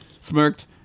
Smirked